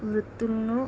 వృత్తులను